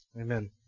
amen